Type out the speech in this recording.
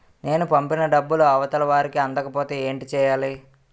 నేను పంపిన డబ్బులు అవతల వారికి అందకపోతే ఏంటి చెయ్యాలి?